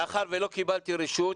מאחר ולא קיבלתי רשות,